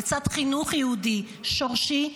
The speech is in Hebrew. לצד חינוך יהודי שורשי,